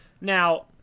Now